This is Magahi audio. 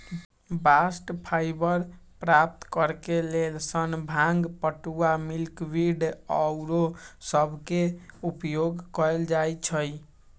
बास्ट फाइबर प्राप्त करेके लेल सन, भांग, पटूआ, मिल्कवीड आउरो सभके उपयोग कएल जाइ छइ